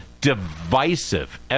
divisive